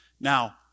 Now